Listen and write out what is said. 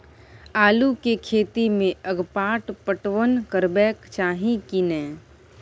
आलू के खेती में अगपाट पटवन करबैक चाही की नय?